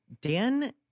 Dan